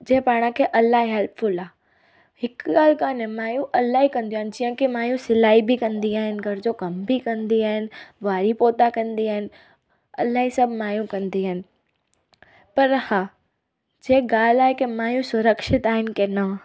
जे पाण खे इलाही हेल्पफ़ुल आहे हिकु ॻाल्हि कान्हे मायूं इलाही कंदियूं आहिनि जीअं कि मायूं सिलाई बि कंदी आहिनि घर जो कमु बि कंदी आहिनि बारी पोता कंदी आहिनि इलाही सभु मायूं कंदी आहिनि पर हा जंहिं ॻाल्हि आहे की मायूं सुरक्षित आहिनि की न